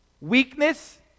weakness